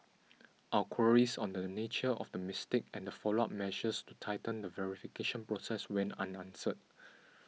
our queries on the nature of the mistake and the follow up measures to tighten the verification process went unanswered